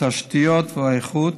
התשתיות והאיכות,